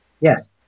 Yes